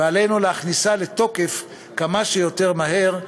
ועלינו להכניסה לתוקף כמה שיותר מהר.